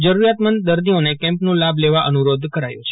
જરૂરિયાતમંદ દર્દીઓને કેમ્પનો લાભ લેવા અનુરોધ કરાયો છે